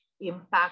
impact